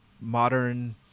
modern